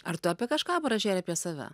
ar tu apie kažką parašei ar apie save